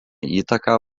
įtaką